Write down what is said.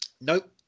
Nope